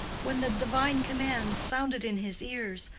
when the divine command sounded in his ears,